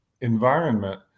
environment